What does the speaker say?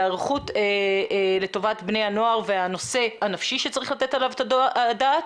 היערכות לטובת בני הנוער והנושא הנפשי שצריך לתת עליו את הדעת,